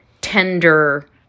tender